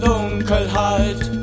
Dunkelheit